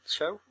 show